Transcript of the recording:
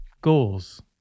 goals